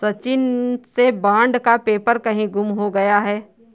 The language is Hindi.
सचिन से बॉन्ड का पेपर कहीं गुम हो गया है